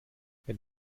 wenn